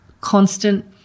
constant